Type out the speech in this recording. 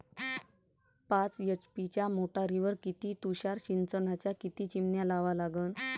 पाच एच.पी च्या मोटारीवर किती तुषार सिंचनाच्या किती चिमन्या लावा लागन?